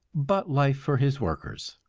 but life for his workers.